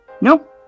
Nope